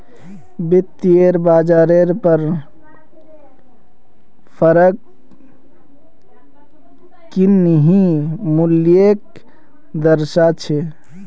वित्तयेत बाजारेर पर फरक किन्ही मूल्योंक दर्शा छे